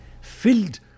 filled